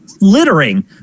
littering